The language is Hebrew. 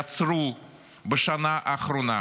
יצרו בשנה האחרונה